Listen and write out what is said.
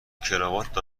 کراوات